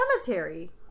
cemetery